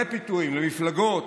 למפלגות,